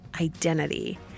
identity